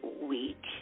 week